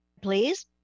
please